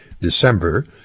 December